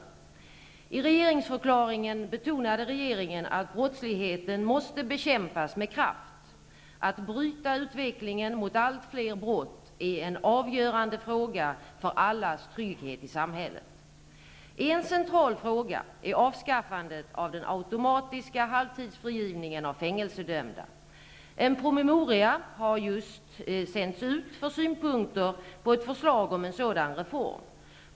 I regeringsförklaringen betonade regeringen att brottsligheten måste bekämpas med kraft. Att bryta utvecklingen mot allt fler brott är en avgörande fråga för allas trygghet i samhället. En central fråga är avskaffandet av den automatiska halvtidsfrigivningen av fängelsedömda. En promemoria har just sänts ut för synpunkter på ett förslag om en sådan reform.